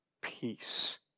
peace